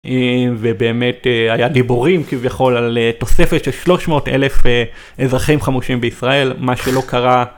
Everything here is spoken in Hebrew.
ובאמת היה דיבורים כביכול על תוספת של 300 אלף אזרחים חמושים בישראל, מה שלא קרה.